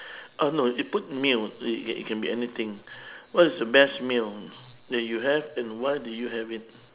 oh no it put meal it it can be anything what is the best meal that you have and why did you have it